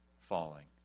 falling